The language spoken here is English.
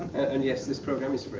and yes, this program is free,